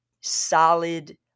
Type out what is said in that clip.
solid